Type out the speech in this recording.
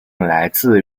来自